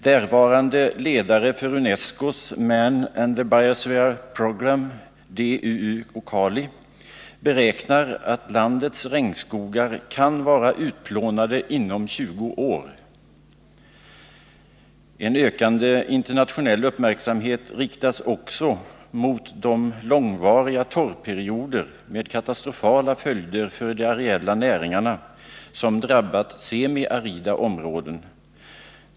Därvarande ledare för UNESCO:s Man and the Biosphere Programme, D.U.U Okali, beräknar att landets regnskogar kan vara utplånade inom 20 år. En ökande internationell uppmärksamhet riktas också mot de långvariga torrperioder, med katastrofala följder för de areella näringarna, som drabbat semiarida områden.